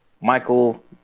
Michael